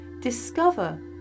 discover